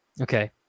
Okay